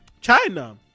China